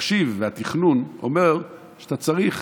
התחשיב והתכנון אומר שאתה צריך